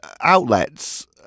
outlets